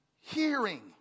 Hearing